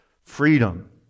freedom